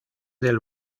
del